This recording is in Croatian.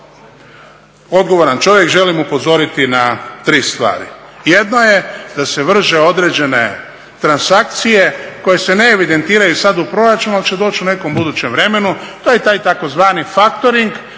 odgovoran čovjek želim upozoriti na 3 stvari. Jedno je da se vrše određene transakcije koje se ne evidentiraju sada u proračunu ali će doći u nekom budućem vremenu. To je tzv. faktoring